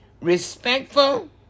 respectful